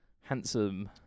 handsome